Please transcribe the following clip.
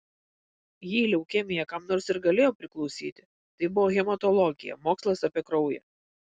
jei leukemija kam nors ir galėjo priklausyti tai buvo hematologija mokslas apie kraują